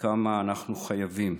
וכמה אנחנו חייבים.